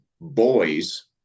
boys